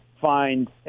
find